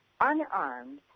unarmed